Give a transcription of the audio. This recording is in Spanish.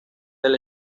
del